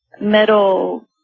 metal